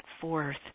forth